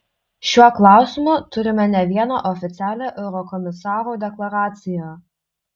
šiuo klausimu turime ne vieną oficialią eurokomisarų deklaraciją